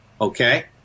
Okay